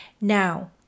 Now